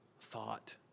thought